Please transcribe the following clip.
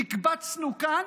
נקבצנו כאן,